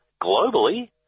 globally